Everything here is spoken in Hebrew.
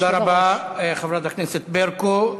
תודה רבה, חברת הכנסת ברקו.